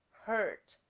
hurt